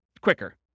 quicker